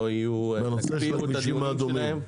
תקפיאו את הדיונים שלהם.